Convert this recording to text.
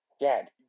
Dad